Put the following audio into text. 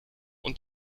und